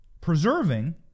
preserving